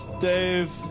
Dave